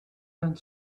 and